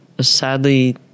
Sadly